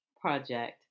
project